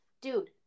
dude